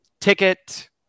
ticket